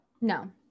No